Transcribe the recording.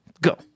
Go